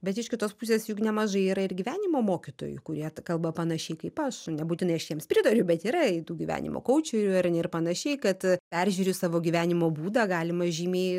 bet iš kitos pusės juk nemažai yra ir gyvenimo mokytojų kurie kalba panašiai kaip aš nebūtinai aš jiems pritariu bet yra tų gyvenimo kaučerių ar ne ir panašiai kad peržiūriu savo gyvenimo būdą galima žymiai